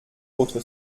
autre